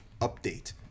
update